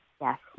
Yes